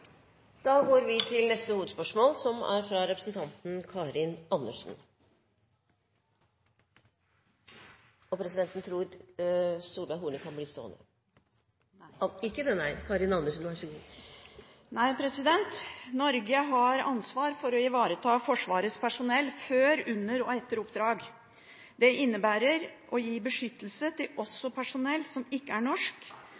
da videre til neste hovedspørsmål. Norge har ansvar for å ivareta Forsvarets personell før, under og etter oppdrag. Det innebærer å gi beskyttelse også til